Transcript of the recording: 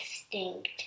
extinct